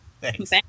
Thanks